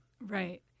Right